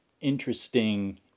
interesting